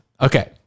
Okay